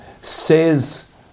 says